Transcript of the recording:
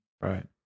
Right